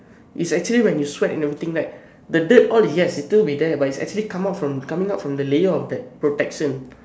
is actually when you sweat and everything right the dirt all yes it still with there but is actually come out from coming out from the layer of that protection